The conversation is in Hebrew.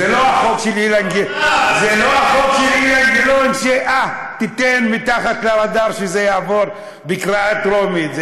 זה לא החוק של אילן גילאון שתיתן שמתחת לרדאר זה יעבור בקריאה טרומית.